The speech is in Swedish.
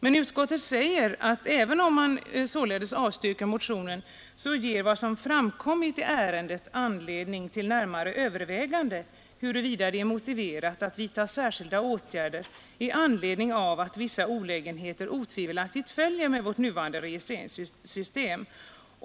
Men utskottet säger att även om man avstyrker motionen ”ger vad som framkommit i ärendet anledning till närmare överväganden huruvida det är motiverat att vidta särskilda åtgärder i anledning av att vissa olägenheter otvivelaktigt följer med vårt nuvarande = registreringssystem”.